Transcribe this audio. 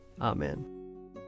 Amen